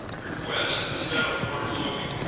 requests a set of warm clothing.